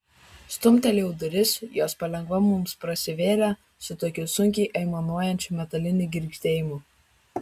stumtelėjau duris jos palengva mums prasivėrė su tokiu sunkiai aimanuojančiu metaliniu girgždėjimu